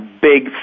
big